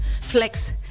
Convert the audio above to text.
flex